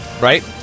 right